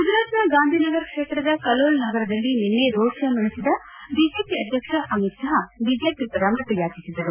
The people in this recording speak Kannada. ಗುಜರಾತ್ನ ಗಾಂಧಿನಗರ ಕ್ಷೇತ್ರದ ಕಲೋಲ್ ನಗರದಲ್ಲಿ ನಿನ್ನೆ ರೋಡ್ ಶೋ ನಡೆಸಿದ ಬಿಜೆಪಿ ಅಧ್ಯಕ್ಷ ಅಮಿತ್ ಷಾ ಬಿಜೆಪಿ ಪರ ಮತ ಯಾಚಿಸಿದರು